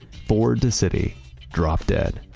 ford to city drop dead.